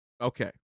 Okay